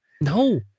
No